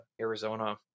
Arizona